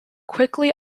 quickly